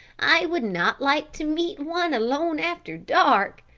i would not like to meet one alone after dark,